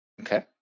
Okay